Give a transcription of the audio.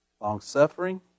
long-suffering